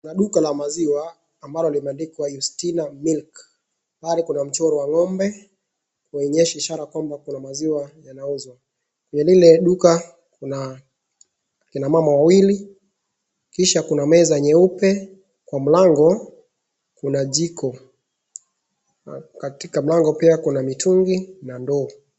Kuna duka la maziwa ambalo limeandikwa YUSTINA MILK kuna mchoro wa ng'ombe inaonyesha inshalaakuwa kuna maziwa yanauuzwa. Kwa lile duka kuna akina mama wawili, kisha kuna meza nyeupe kwa mlango kuna jiko katika mlango pia kuna mitungi na ndoo.